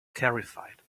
terrified